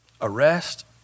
arrest